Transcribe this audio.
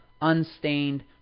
unstained